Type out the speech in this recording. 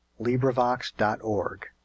LibriVox.org